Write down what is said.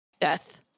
death